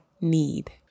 need